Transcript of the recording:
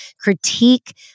critique